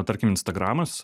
tarkim instagramas